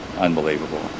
Unbelievable